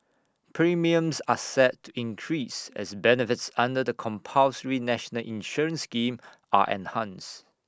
premiums are set to increase as benefits under the compulsory national insurance scheme are enhanced